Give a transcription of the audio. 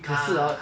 ah